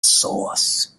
source